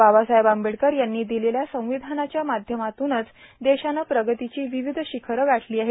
बाबासाहेब आंबेडकर यांनी र्दिलेल्या संर्वधानाच्या माध्यमातूनच देशानं प्रगतीची र्वावध र्शिखरे गाठलो आहेत